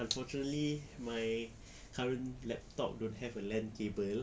unfortunately my current laptop don't have a LAN cable